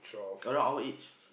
around our age